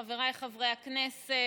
חבריי חברי הכנסת,